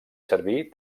servir